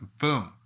Boom